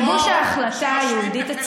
בעיצומה של עבודת מטה לגיבוש ההחלטה הייעודית,